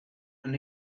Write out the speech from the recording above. and